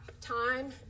time